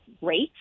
rates